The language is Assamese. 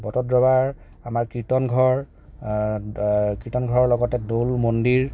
বটদ্ৰৱাৰ আমাৰ কীৰ্তনঘৰ কীৰ্তনঘৰৰ লগতে দৌল মন্দিৰ